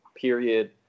period